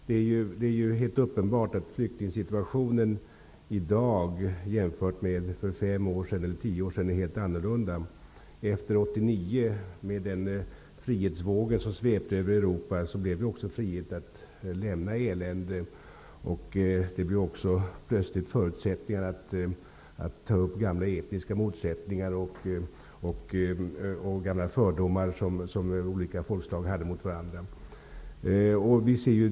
Herr talman! Det är uppenbart att flyktingsituationen i dag jämfört med för 5--10 år sedan är helt annorlunda. Efter den frihetsvåg som svepte över Europa 1989 blev det också en frihet att lämna elände. Plötsligt medgav förutsättningarna att man tog upp gamla etniska motsättningar och fördomar som olika folkslag hade gentemot varandra.